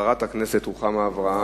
חברת הכנסת רוחמה אברהם?